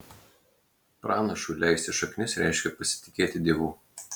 pranašui leisti šaknis reiškia pasitikėti dievu